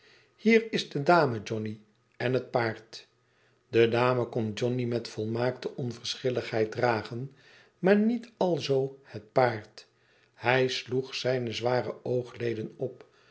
hier is de dame johnny n het paard de dame kon johnny met volmaakte onverschilligheid dragen maar niet alzoo het paard hij sloeg zijne zware oogleden op